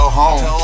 home